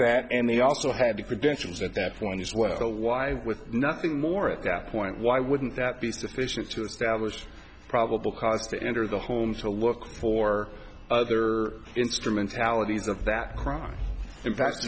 that and they also had to credentials at that point as well why with nothing more of a gap point why wouldn't that be sufficient to establish probable cause to enter the home to look for other instrumentalities of that crime i